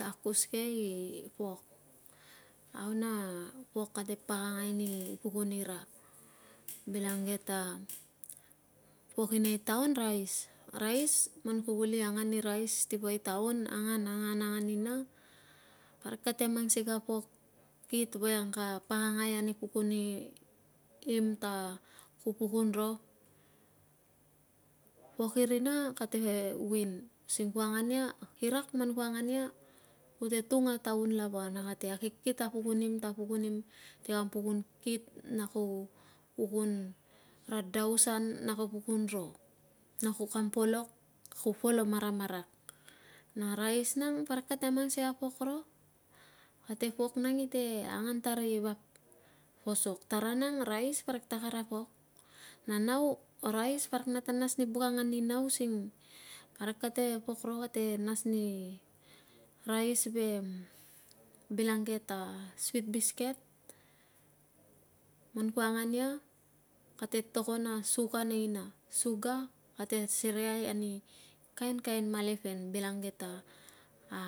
Akuske i pok au na pok kate pakangai ni pukun ira bilang ge ta pok irei taon rais rais man ku uli angan ni rais ti poi taon angan angan ina parik kate mang sigei a pok kit voiang ka pakangai ani pukuni im ta ku pukun ro pok irina kate win using ku angan ia kirak man ku angan ia kute tunga taun lava na kate akikit a pukun ro na ku kam polok ku polo maramarak na rais nang parik kate mang sia pok no kate pok nang i te angan tari vap posok tara nang rais parik ta kara pok na nau rais parik nate nas ni buk angan nina using parik kate pok ro kate nas ni rais ve bilang geta sweet bisket man ku angan ia kate tokon a suka nei na sugar kate sereiai ani kainkain malepen bilange ta a